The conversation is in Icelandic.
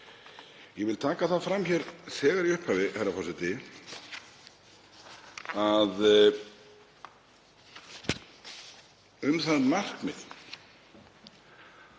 Ég vil taka það fram þegar í upphafi, herra forseti, að um það markmið